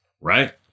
Right